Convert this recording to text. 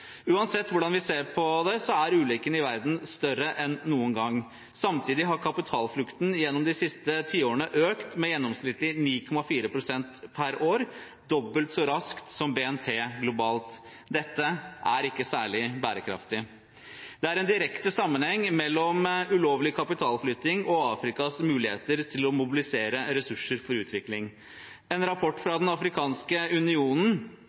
Uansett hvordan vi ser på det, er ulikhetene i verden større enn noen gang. Samtidig har kapitalflukten gjennom de siste tiårene økt med gjennomsnittlig 9,4 pst. per år. Det er dobbelt så raskt som BNP globalt. Dette er ikke særlig bærekraftig. Det er en direkte sammenheng mellom ulovlig kapitalflytting og Afrikas muligheter til å mobilisere ressurser for utvikling. I en rapport fra Den afrikanske